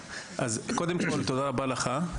קודם כל, תודה רבה לך.